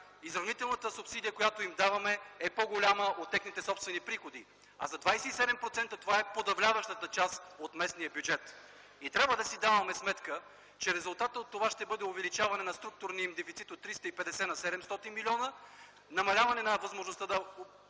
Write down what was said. изравнителната субсидия, която им даваме, е по-голяма от техните собствени приходи, а за 27% това е подавляващата част от местния бюджет. Трябва да си даваме сметка, че резултатът от това ще бъде увеличаване на структурния им дефицит от 350 на 700 милиона, намаляване на възможността да